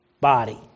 body